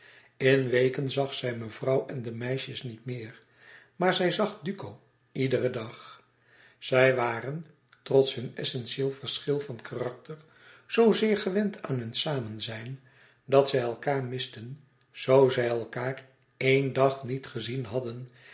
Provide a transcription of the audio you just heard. in weken zag zij mevrouw en de meisjes niet meer maar zag zij duco iederen dag zij waren trots hun essentieel verschil van karakter zoozeer gewend aan hun samenzijn dat zij elkaâr misten zoo zij elkaâr éen dag niet gezien hadden